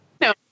no